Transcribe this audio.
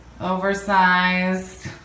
oversized